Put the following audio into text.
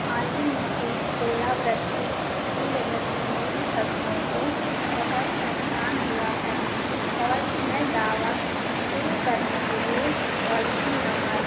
हाल ही में हुई ओलावृष्टि की वजह से मेरी फ़सलों को बहुत नुक़सान हुआ है और मैं दावा शुरू करने के लिए पॉलिशी नंबर